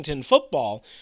Football